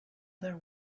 their